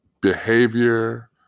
behavior